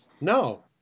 No